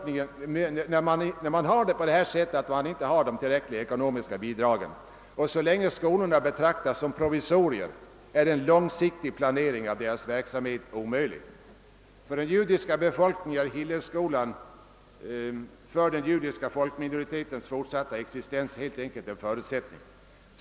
När man har det på det sättet, att man inte får tillräckliga ekonomiska bidrag, och så länge skolorna betraktas som provisorier är en långsiktig planering av deras verksamhet omöjlig. För den judiska folkminoritetens fortsatta existens är Hillelskolan helt enkelt en förutsättning.